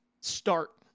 start